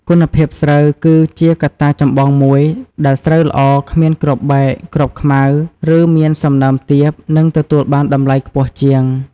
គុណភាពស្រូវ គឺជាកត្តាចម្បងមួយ ដែលស្រូវល្អ គ្មានគ្រាប់បែក គ្រាប់ខ្មៅ ឬមានសំណើមទាប នឹងទទួលបានតម្លៃខ្ពស់ជាង។